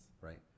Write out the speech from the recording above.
right